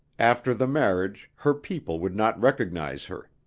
after the marriage her people would not recognize her.